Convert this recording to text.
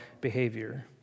behavior